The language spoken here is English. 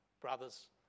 brothers